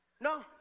No